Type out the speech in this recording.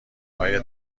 های